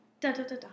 Da-da-da-da